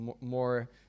more